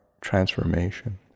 transformation